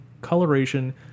coloration